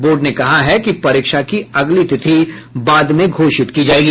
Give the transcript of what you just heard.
board ने कहा है कि परीक्षा की अगली तिथि बाद में घोषित की जायेगी